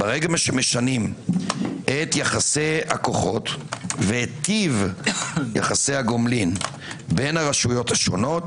שמשנים את יחסי הכוחות ואת טיב יחסי הגומלין בין הרשויות השונות,